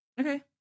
Okay